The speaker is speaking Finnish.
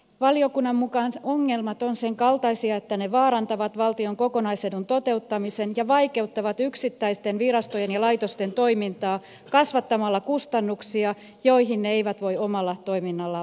valiokunnan mukaan ongelmat ovat senkaltaisia että ne vaarantavat valtion kokonaisedun toteuttamisen ja vaikeuttavat yksittäisten virastojen ja laitosten toimintaa kasvattamalla kustannuksia joihin ne eivät voi omalla toiminnallaan vaikuttaa